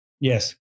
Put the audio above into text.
yes